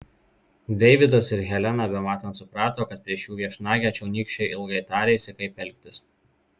deividas ir helena bematant suprato kad prieš jų viešnagę čionykščiai ilgai tarėsi kaip elgtis